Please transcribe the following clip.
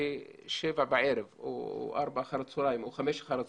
בשבע בערב או ארבע או חמש אחר הצהריים,